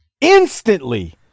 Instantly